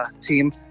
team